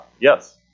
Yes